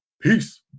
peace